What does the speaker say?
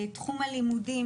תחום הלימודים,